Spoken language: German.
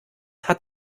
hat